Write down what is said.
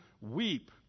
weep